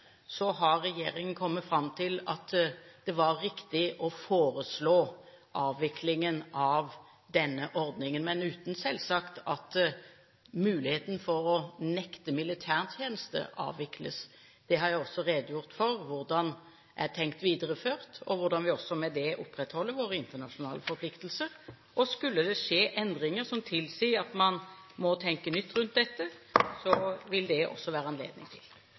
har regjeringen kommet fram til at det var riktig å foreslå avvikling av denne ordningen, men selvsagt uten at muligheten for å nekte militærtjeneste avvikles. Hvordan det er tenkt videreført, har jeg også redegjort for, og hvordan vi med det opprettholder våre internasjonale forpliktelser. Skulle det skje endringer som tilsier at man må tenke nytt rundt dette, vil det også være anledning til